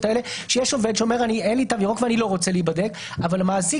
יש עובד שאומר שאין לו תו ירוק והוא לא רוצה להיבדק אבל המעסיק